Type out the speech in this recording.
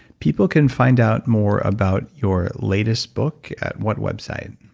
people can find out more about your latest book at what website?